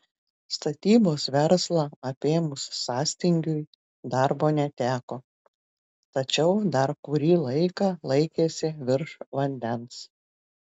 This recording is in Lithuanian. statybos verslą apėmus sąstingiui darbo neteko tačiau dar kurį laiką laikėsi virš vandens